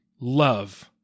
love